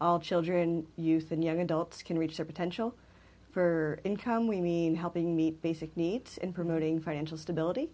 all children youth and young adults can reach their potential for income we mean helping meet basic needs and promoting financial stability